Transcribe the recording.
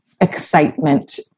excitement